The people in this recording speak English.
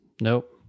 Nope